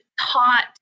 taught